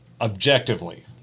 objectively